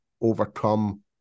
overcome